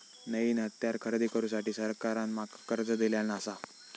नईन हत्यारा खरेदी करुसाठी सरकारान माका कर्ज दिल्यानं आसा